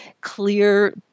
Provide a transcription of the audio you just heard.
clear